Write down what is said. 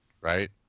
right